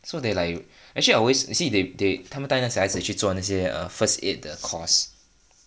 so they like actually I always see they they 他们带那些小孩子去做那些 err first aid the course